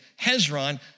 Hezron